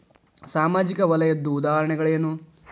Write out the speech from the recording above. ಸಾಮಾಜಿಕ ವಲಯದ್ದು ಉದಾಹರಣೆಗಳೇನು?